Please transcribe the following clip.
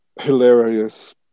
hilarious